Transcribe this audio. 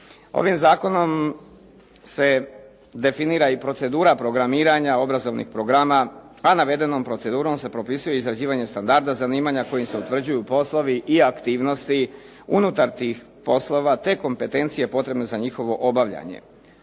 Ovim zakonom se definira i procedura programiranja obrazovanih programa, a navedenom procedurom se propisuje izrađivanje standarda zanimanja kojim se utvrđuju poslovi i aktivnosti unutar tih poslova, te kompetencije potrebne za njihovo obavljanje.